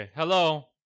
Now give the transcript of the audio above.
Hello